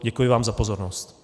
Děkuji vám za pozornost.